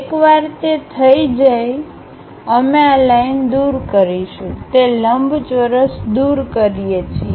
એકવાર તે થઈ જાય અમે આ લાઈન દૂર કરીશું તે લંબચોરસ દૂર કરીએ છીએ